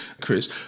Chris